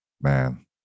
man